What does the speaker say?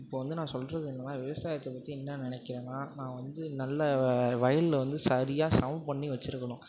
இப்போது வந்து நான் சொல்றது என்னென்னா விவசாயத்தை பற்றி என்ன நெனைக்கிறேன்னா நான் வந்து நல்ல வயலில் வந்து சரியாக சமம் பண்ணி வச்சுருக்கணும்